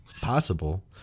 possible